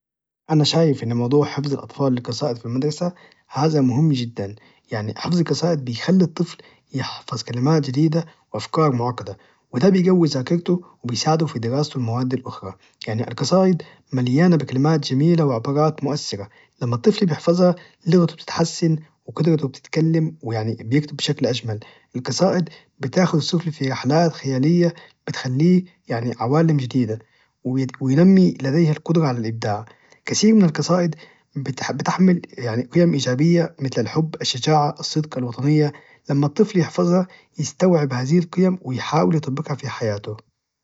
انا شايف إن موضوع حفظ الأطفال القصايد في المدرسة هذه مهم جدا يعني حفظ القصايد بيخلي الطفل يحفظ كلمات جديدة وأفكار معقدة وده بيجوي ذاكرته وبيساعده في دراسته المواد الأخرى يعني القصايد مليانه بكلمات جميلة وعبارات مؤثرة لما الطفل بيحفظها لغته بتتحسن وقدرته بتتكلم ويعني بيكتب بشكل أجمل القصائد بتاخد الطفل في رحلات خيالية يعني عوالم جديده وينمي لديه القدرة على الإبداع كثير من القصائد بتحمل يعني قيم إيجابية متل الحب الشجاعة الصدق الوطنية لما الطفل يحفظها يستوعب هذه القيم ويحاول يطبقها في حياته